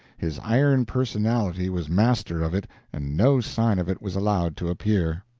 his iron personality was master of it and no sign of it was allowed to appear.